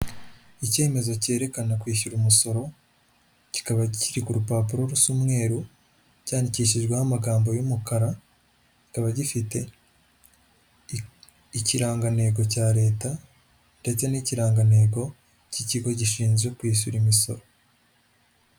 Icyemezo cyerekana kwishyura umusoro kikaba kiri ku rupapuro rusa umweru; cyandikishijweho amagambo y'umukara; kikaba gifite ikirangantego cya leta ndetse n'ikirangantego cy'ikigo gishinzwe kwishyura imisoro.